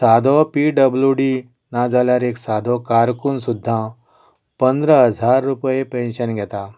सादो P W D नाजाल्यार एक सादो कारकून सुद्दां पंदरा हजार रुपये पेंशन घेता